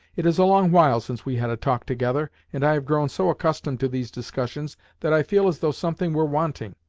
it is a long while since we had a talk together, and i have grown so accustomed to these discussions that i feel as though something were wanting.